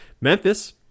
Memphis